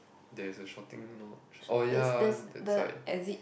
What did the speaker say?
there is a shopping mall oh ya ah that side